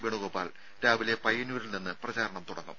വേണുഗോപാൽ രാവിലെ പയ്യന്നൂരിൽ നിന്ന് പ്രചരണം തുടങ്ങും